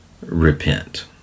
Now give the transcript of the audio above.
Repent